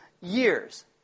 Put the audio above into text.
years